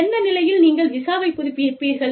எந்த நிலையில் நீங்கள் விசாவை புதுப்பிப்பீர்கள்